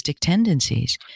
tendencies